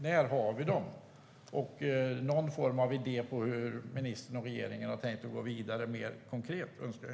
När kommer vi att ha dessa alkobommar på plats? Har ministern och regeringen mer konkret någon idé om hur de ska vidare?